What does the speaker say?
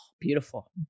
beautiful